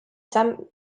sam